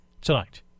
tonight